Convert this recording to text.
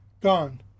gone